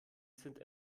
sind